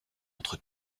entre